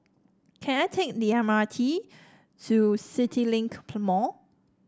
can I take the M R T to CityLink Mall